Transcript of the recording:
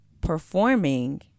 performing